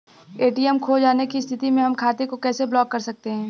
ATM खो जाने की स्थिति में हम खाते को कैसे ब्लॉक कर सकते हैं?